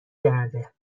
کرده